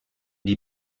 die